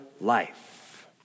life